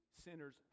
sinners